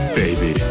baby